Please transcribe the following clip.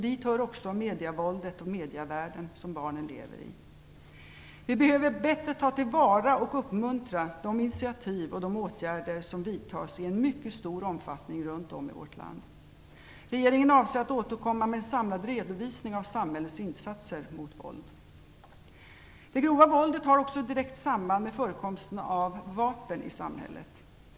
Dit hör också medievåldet och medievärlden som barnen lever i. Vi behöver bättre ta till vara och uppmuntra initiativ och de åtgärder som vidtas i en mycket stor omfattning runt om i vårt land. Regeringen avser att återkomma med en samlad redovisning av samhällets insatser mot våld. Det grova våldet har också direkt samband med förekomsten av vapen i samhället.